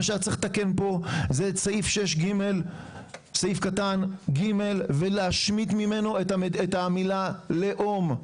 מה שהיה צריך לתקן פה זה את סעיף 6ג(ג) ולהשמיט ממנו את המילה "לאום".